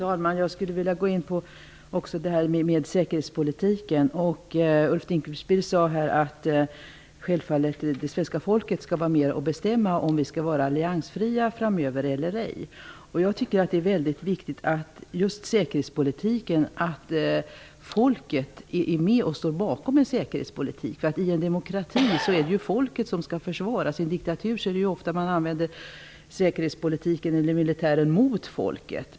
Fru talman! Jag skulle vilja gå in på säkerhetspolitiken. Ulf Dinkelspiel sade att det svenska folket självfallet skall vara med och bestämma om vi skall vara alliansfria framöver eller ej. Jag tycker att det är väldigt viktigt att folket står bakom en säkerhetspolitik. I en demokrati är det ju folket som skall försvaras. I en diktatur däremot använder man ofta säkerhetspolitiken eller militären mot folket.